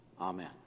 amen